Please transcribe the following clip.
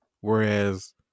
Whereas